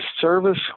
service